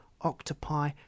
octopi